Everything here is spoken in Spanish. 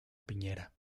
piñera